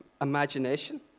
imagination